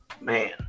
man